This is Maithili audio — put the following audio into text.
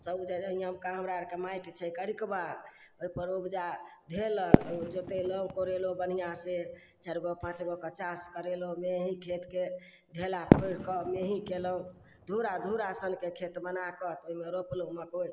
सब जगह हियमका हमरा अरके माटि छै करिकबा ओइपर उपजा धेलक जोतेलहुँ कोरेलहुँ बढ़िआँसँ चारि गो पाँच गोके चास करेलहुँ मेही खेतके ढेला फोड़िके मेंही कयलहुँ धूरा धूरा सनके खेत बनाके ओइमे रोपलहुँ मकइ